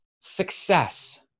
success